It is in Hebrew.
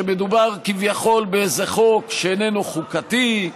שמדובר כביכול באיזה חוק שאיננו חוקתי,